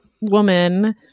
woman